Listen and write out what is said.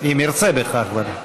אם ירצה בכך.